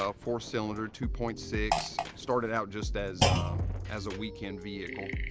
ah four cylinder two point six, started out just as as a weekend vehicle.